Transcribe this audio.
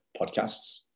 podcasts